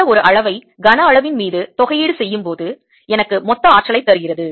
இந்த ஒரு அளவை கன அளவின் மீது தொகையீடு செய்யும்போது எனக்கு மொத்த ஆற்றலைத் தருகிறது